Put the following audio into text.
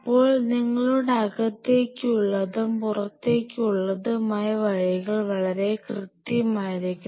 അപ്പോൾ നിങ്ങളുടെ അകത്തേക്ക് ഉള്ളതും പുറത്തേക്ക് ഉള്ളതുമായ വഴികൾ വളരെ കൃത്യമായിരിക്കണം